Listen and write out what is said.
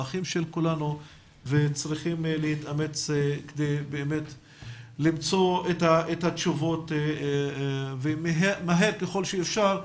האחים של כולנו וצריכים להתאמץ כדי למצוא את התשובות ומהר ככל שאפשר,